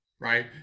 Right